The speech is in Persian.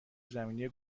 زمینی